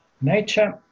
nature